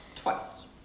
Twice